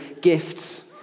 gifts